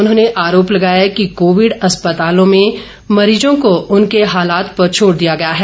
उन्होंने आरोप लगाया कि कोविड अस्पतालों में मरीजों को उनके हालात पर छोड दिया गया है